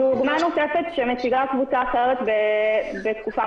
דוגמה נוספת היא של עובדת שפנתה אלינו